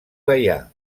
gaià